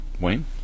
Wayne